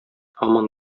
һаман